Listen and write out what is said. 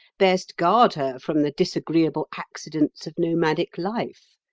best guard her from the disagreeable accidents of nomadic life.